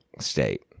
state